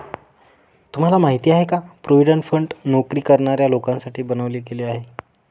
तुम्हाला माहिती आहे का? प्रॉव्हिडंट फंड नोकरी करणाऱ्या लोकांसाठी बनवले गेले आहे